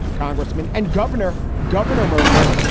congressman and governor. governor murphy.